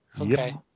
Okay